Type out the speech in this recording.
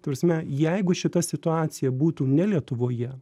ta prasme jeigu šita situacija būtų ne lietuvoje